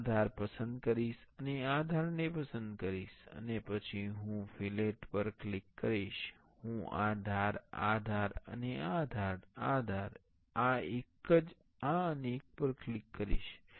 હું આ ધાર ને પસંદ કરીશ અને આ ધારને પસંદ કરીશ અને હું પછી ફિલેટ પર ક્લિક કરીશ હું આ ધાર આ ધાર અને આ ધાર આ ધાર આ એક આ અને આ એક પર ક્લિક કરીશ